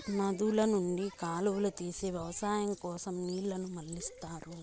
నదుల నుండి కాలువలు తీసి వ్యవసాయం కోసం నీళ్ళను మళ్ళిస్తారు